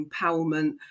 empowerment